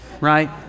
right